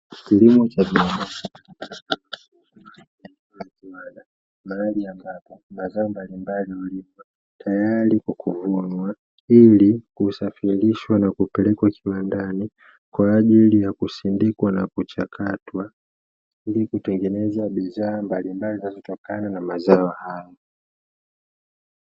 Kilimo cha viwanda, mahali ambapo mazao mbalimbali hulimwa tayari kwa kuvunwa, ili kusafirishwa na kupelekwa kiwandani kwa ajili ya kusindikwa na kuchakatwa, ili kutengeneza bidhaa mbalimbali zinazotokana na mazao hayo.